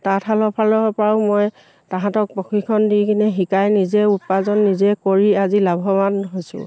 তাঁতশালৰ ফালৰ পৰাও মই তাহাঁতক প্ৰশিক্ষণ দি কিনে শিকাই নিজে উপাৰ্জন নিজে কৰি আজি লাভৱান হৈছোঁ